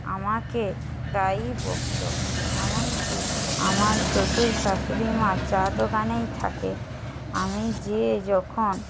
আমাকে প্রায়ই বকতো এমন কী আমার শশুর শাশুড়ি মা চা দোকানেই থাকে আমি যে যখন